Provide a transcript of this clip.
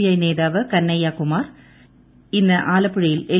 I നേതാവ് കനയ്യ കുമാർ ഇന്ന് ആലപ്പുഴയിൽ എൽ